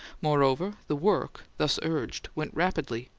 moreover, the work, thus urged, went rapidly,